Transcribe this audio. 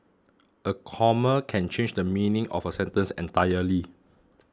a comma can change the meaning of a sentence entirely